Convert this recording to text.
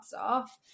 off